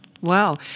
Wow